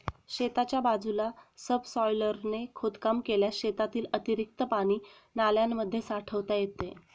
शेताच्या बाजूला सबसॉयलरने खोदकाम केल्यास शेतातील अतिरिक्त पाणी नाल्यांमध्ये साठवता येते